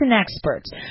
experts